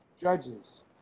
judges